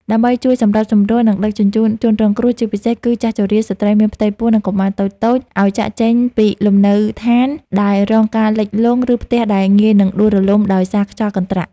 ដើម្បីជួយសម្របសម្រួល និងដឹកជញ្ជូនជនរងគ្រោះ ជាពិសេសគឺចាស់ជរា ស្ត្រីមានផ្ទៃពោះ និងកុមារតូចៗឱ្យចាកចេញពីលំនៅដ្ឋានដែលរងការលិចលង់ ឬផ្ទះដែលងាយនឹងដួលរំលំដោយសារខ្យល់កន្ត្រាក់។